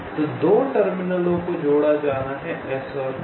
तो 2 टर्मिनलों को जोड़ा जाना है S और T